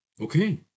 Okay